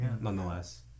nonetheless